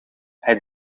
hij